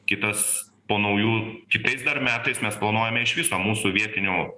kitas po naujų kitais metais mes planuojame iš viso mūsų vietinių